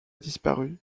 disparu